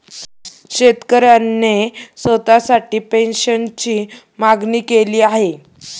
शेतकऱ्याने स्वतःसाठी पेन्शनची मागणी केली आहे